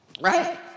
Right